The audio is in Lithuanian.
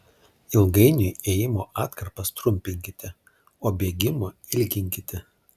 ilgainiui ėjimo atkarpas trumpinkite o bėgimo ilginkite